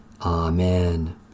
Amen